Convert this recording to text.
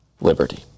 liberty